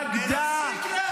בגדה -- תפסיק להסית.